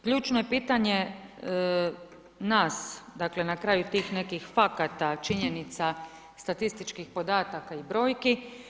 Ključno je pitanje nas, na kraju tih nekih fakata, činjenica, statističkih podataka i brojki.